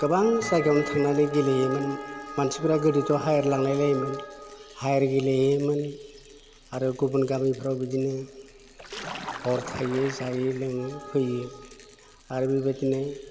गोबां जायगायावनो थांनानै गेलेयोमोन मानसिफोरा गोदोथ' हायार लांलायलायोमोन हायार गेलेयोमोन आरो गुबुन गामिफ्राव बिदिनो हर थायो जायो लोङो फैयो आरो बेबायदिनो